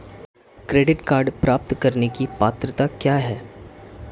Credit card प्राप्त करने की पात्रता क्या है?